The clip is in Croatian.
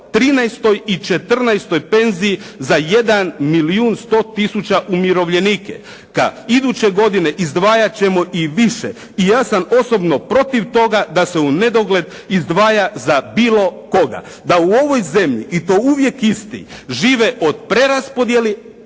13 i 14 penziji za jedan milijun i 100 tisuća umirovljenika. Iduće godine izdvajati ćemo i više i ja sam osobno protiv toga da se u nedogled izdvaja za bilo koga. Da u ovoj zemlji i to uvijek isti žive od preraspodjele,